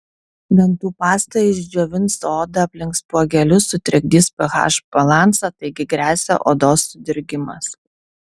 dantų pasta išdžiovins odą aplink spuogelius sutrikdys ph balansą taigi gresia odos sudirgimas